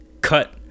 cut